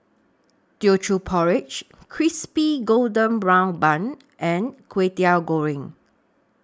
Teochew Porridge Crispy Golden Brown Bun and Kway Teow Goreng